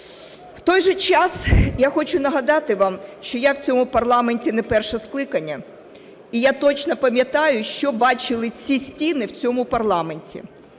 В той же час я хочу нагади вам, що я в цьому парламенті не перше скликання, і я точно пам'ятаю, що бачили ці стіни в цьому парламенті.